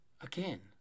again